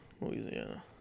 Louisiana